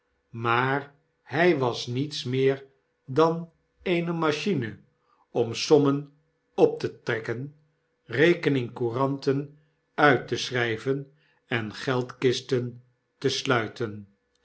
maar hy was niets meer dan eene machine om sommen diefstal en bankroet op te trekken rekening-couranten uit te schry ven en geldkisten te sluiten